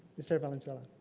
mr. valenzuela.